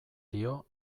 dio